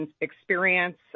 experience